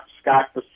Scott